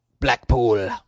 Blackpool